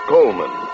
Coleman